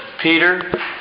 Peter